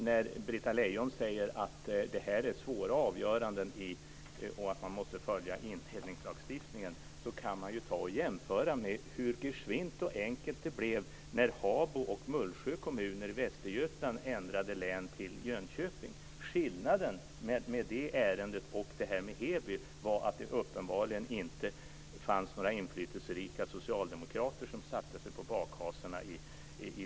När Britta Lejon säger att detta är svåra avgöranden och att man måste följa indelningslagstiftningen så kan man ju jämföra med hur enkelt det blev när Habo och Mullsjö kommuner i Västergötland ändrade län till Jönköping. Skillnaden mellan detta ärende och det som gäller Heby var att det där uppenbarligen inte fanns några inflytelserika socialdemokrater som satte sig på bakhasorna.